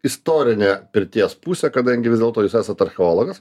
istorinę pirties pusę kadangi vis dėlto jūs esat archeologas